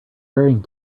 wearing